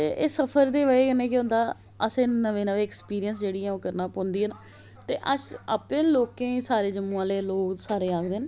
ते एह् सफर दी बजह कन्नै केह् होंदा असें नमें नमें एक्सपिरियंस जेहड़ा ऐ ओह् करना पोंदी ना ते अस आपें लोकें गी सारे जम्मू आहले लोक साढ़े आखदे